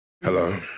Hello